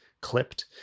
clipped